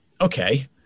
okay